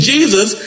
Jesus